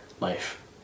life